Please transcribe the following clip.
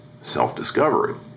self-discovery